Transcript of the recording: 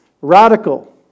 radical